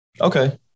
Okay